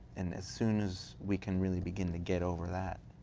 and as soon as we can really begin to get over that,